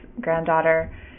granddaughter